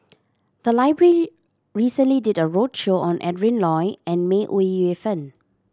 the library recently did a roadshow on Adrin Loi and May Ooi Yu Fen